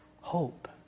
hope